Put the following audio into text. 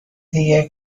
دیگه